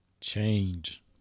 change